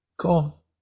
cool